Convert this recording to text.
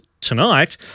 tonight